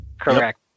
correct